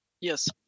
Yes